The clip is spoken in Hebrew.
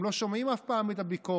הם לא שומעים אף פעם את הביקורת.